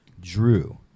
Drew